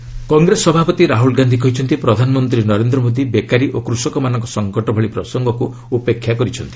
ରାହୁଲ ଗାନ୍ଧି କଂଗ୍ରେସ ସଭାପତି ରାହଲ ଗାନ୍ଧି କହିଛନ୍ତି ପ୍ରଧାନମନ୍ତ୍ରୀ ନରେନ୍ଦ୍ର ମୋଦି ବେକାରୀ ଓ କୃଷକମାନଙ୍କ ସଂକଟ ଭଳି ପ୍ରସଙ୍ଗକୁ ଉପେକ୍ଷା କରିଛନ୍ତି